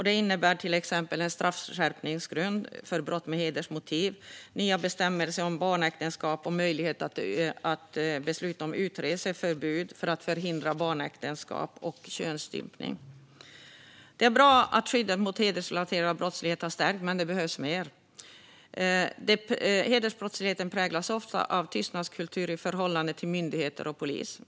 Det handlar till exempel om en straffskärpningsgrund för brott med hedersmotiv, nya bestämmelser om barnäktenskapsbrott och möjlighet att besluta om utreseförbud för att förhindra barnäktenskap och könsstympning. Det är bra att skyddet mot hedersrelaterad brottslighet har stärkts, men det behövs mer. Hedersbrottsligheten präglas ofta av tystnadskultur i förhållande till myndigheter och polis.